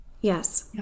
Yes